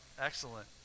Excellent